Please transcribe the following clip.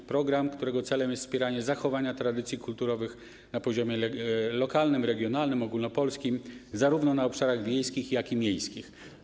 To program, którego celem jest wspieranie zachowania tradycji kulturowych na poziomie lokalnym, regionalnym, ogólnopolskim zarówno na obszarach wiejskich, jak i miejskich.